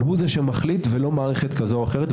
אבל הוא זה שמחליט ולא מערכת זו או אחרת.